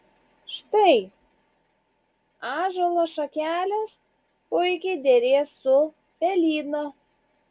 štai ąžuolo šakelės puikiai derės su pelyno